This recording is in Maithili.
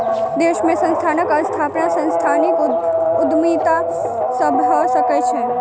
देश में संस्थानक स्थापना सांस्थानिक उद्यमिता से भअ सकै छै